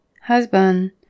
husband